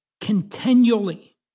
continually